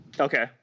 Okay